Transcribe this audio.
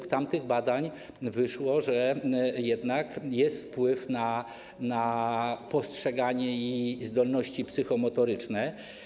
Z tamtych badań wynika, że jednak jest wpływ na postrzeganie i zdolności psychomotoryczne.